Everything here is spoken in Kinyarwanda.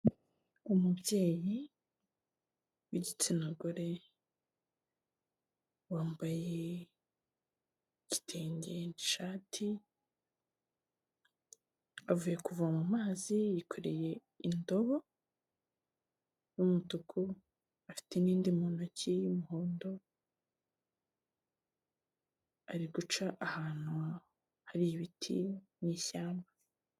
Umubyeyi w'igitsina gore wambaye igitenge n'ishati, avuye kuvoma amazi yikoreye indobo ni umutuku, afite n'indi mu ntoki y'umuhondo ari guca ahantu hari ibiti mu ishyamba.